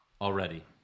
Already